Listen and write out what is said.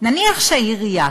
נניח שהעירייה